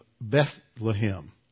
Bethlehem